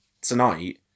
tonight